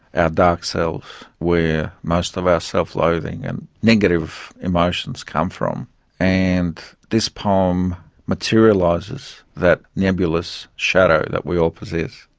ah dark self, where most of our self-loathing and negative emotions come from and this poem materialises that nebulous shadow that we all possess.